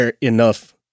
enough